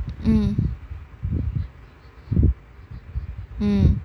mm